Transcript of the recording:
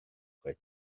chait